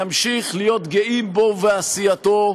נמשיך להיות גאים בו ובעשייתו,